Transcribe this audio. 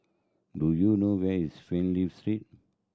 do you know where is Fernvale Street